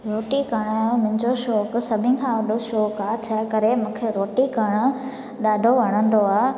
रोटी करण जो मुंहिंजो शौक़ु सभिनि खां वॾो शौक़ु आहे छा करे मूंखे रोटी करणु ॾाढो वणंदो आहे